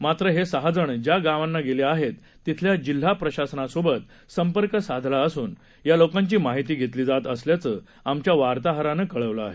मात्र हे सहाजण ज्या गावांना गेलेले आहेत तिथल्या जिल्हा प्रशासनासोबत संपर्क साधला असुन या लोकांची माहिती घेतली जात असल्याचं आमच्या वार्ताहरानं कळवलं आहे